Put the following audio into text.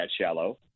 shallow